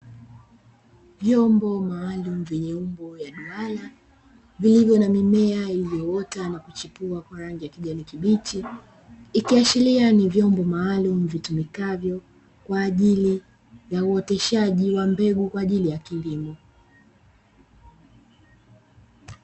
Vyombo maalumu venye umbo ya duara vilivyo na mimea iliyoota na kuchipua kwa rangi ya kijani kibichi, ikiashiria ni vyombo maalumu vitumikavyo kwa ajili ya uoteshaji wa mbegu kwa ajili ya kilimo.